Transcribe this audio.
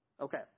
Okay